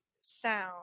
sound